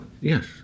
Yes